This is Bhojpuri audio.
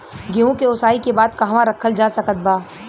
गेहूँ के ओसाई के बाद कहवा रखल जा सकत बा?